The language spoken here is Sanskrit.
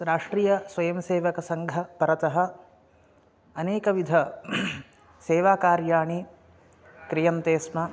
राष्ट्रिय स्वयम्सेवकसङ्घं परितः अनेकविधानि सेवाकार्याणि क्रियन्ते स्म